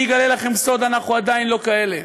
אני אגלה לכם סוד: אנחנו עדיין לא כאלה.